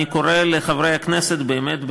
אני קורא לחברי הכנסת באמת,